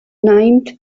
named